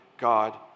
God